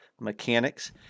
mechanics